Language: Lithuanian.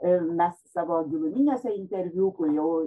mes savo giluminiuose interviu jau